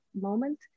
moment